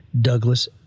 Douglas